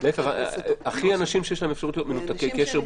הכי אנשים שיש להם מנותקי קשר,